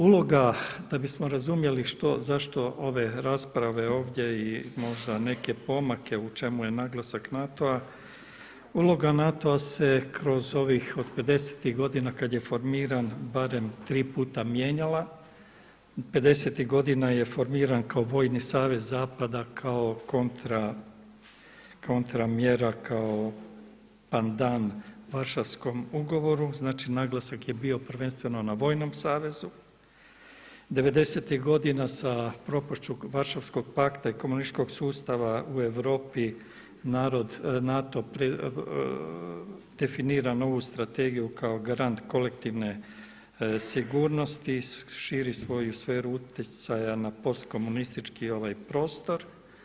Uloga, da bismo razumjeli zašto ove rasprave ovdje i možda neke pomake u čemu je naglasak NATO-a, uloga NATO-a se kroz ovih od '50.-tih godina kada je formiran barem tri puta mijenjala. '50.-tih godina je formiran kao vojni savez zapada kao kontra mjera, kao pandan Varšavskom ugovoru, znači naglasak je bio prvenstveno na vojnom savezu. '90.-tih godina sa propašću Varšavskog pakta i komunističkog sustava u Europi NATO definira novu strategiju kao grand kolektivne sigurnosti i širi svoju sferu utjecaja na postkomunistički prostor.